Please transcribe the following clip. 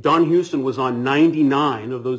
don houston was on ninety nine of those